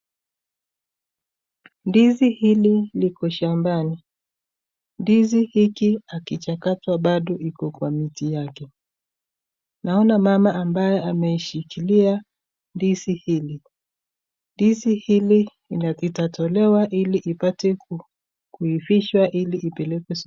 Ndizi hili liko shambani , ndizi hiki halijakatwa pado iko kwa miti yake, naona mama ambaye ameshikilia ndizi hili,. Ndizi hili litatolewa hili ipate kuifishwa hili ipelejwe soko.